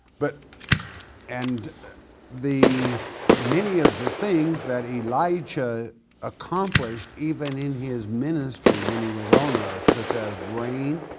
but and the many of the things that elijah accomplished even in his ministry when he was on earth such as rain,